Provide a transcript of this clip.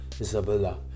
Isabella